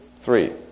three